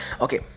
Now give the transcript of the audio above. okay